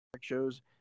shows